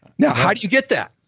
now, how do you get that?